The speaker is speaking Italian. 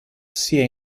sia